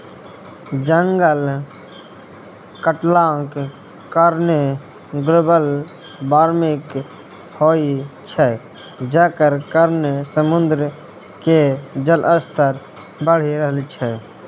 जंगल कटलाक कारणेँ ग्लोबल बार्मिंग होइ छै जकर कारणेँ समुद्र केर जलस्तर बढ़ि रहल छै